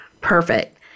Perfect